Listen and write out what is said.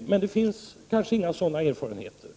men det kanske ändå inte finns sådana här erfarenheter.